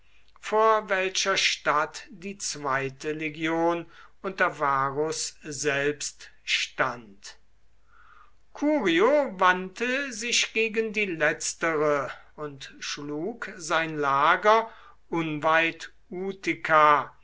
vor welcher stadt die zweite legion unter varus selbst stand curio wandte sich gegen die letztere und schlug sein lager unweit